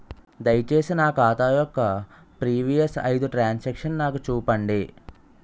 దయచేసి నా ఖాతా యొక్క ప్రీవియస్ ఐదు ట్రాన్ సాంక్షన్ నాకు చూపండి